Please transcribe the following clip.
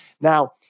Now